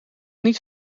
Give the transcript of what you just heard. niet